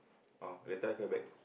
ah later I call you back